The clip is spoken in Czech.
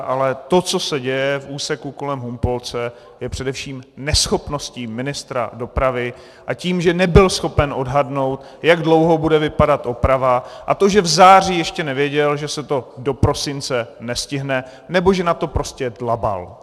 Ale to, co se děje v úseku kolem Humpolce, je především neschopností ministra dopravy, a tím, že nebyl schopen odhadnout, jak dlouho bude vypadat oprava, a to, že v září ještě nevěděl, že se to do prosince nestihne, nebo že na to prostě dlabal.